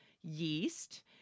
yeast